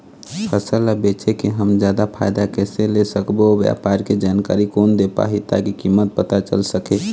फसल ला बेचे के हम जादा फायदा कैसे ले सकबो अउ व्यापार के जानकारी कोन दे पाही ताकि कीमत पता चल सके?